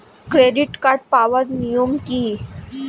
Credit card পাওয়ার নিয়ম কী?